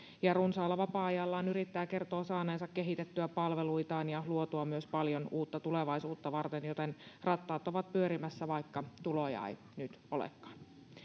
ja runsaalla vapaa ajallaan yrittäjä kertoo saaneensa kehitettyä palveluitaan ja luotua myös paljon uutta tulevaisuutta varten joten rattaat ovat pyörimässä vaikka tuloja ei nyt olekaan